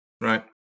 Right